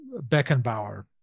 Beckenbauer